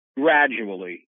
gradually